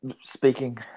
speaking